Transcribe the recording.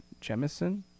Jemison